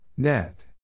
Net